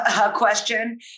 question